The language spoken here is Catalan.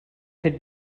fet